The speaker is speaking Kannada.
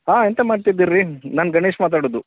ಹಾಂ ಎಂತ ಮಾಡ್ತಿದ್ದೀರಿ ರೀ ನಾನು ಗಣೇಶ ಮಾತಾಡೋದು